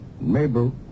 Mabel